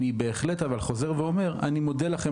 נשמע את כולם